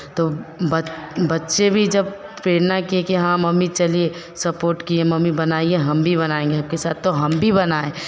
तो बच बच्चे भी जब प्रेरणा किए कि हाँ मम्मी चलिए सपोर्ट किए हम भी बनाएंगे आपके साथ तो हम भी बनाए